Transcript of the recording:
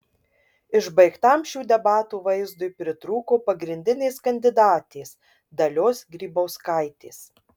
išbaigtam šių debatų vaizdui pritrūko pagrindinės kandidatės dalios grybauskaitės